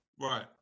Right